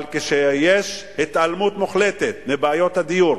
אבל כשיש התעלמות מוחלטת מבעיות הדיור,